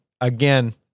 Again